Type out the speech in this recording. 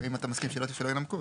אתה מסכים שהיא לא תנמק?